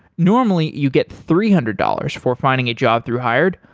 normally, you get three hundred dollars for finding a job through hired,